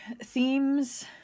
themes